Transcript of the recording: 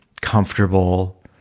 comfortable